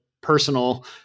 personal